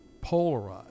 polarized